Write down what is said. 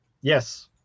Yes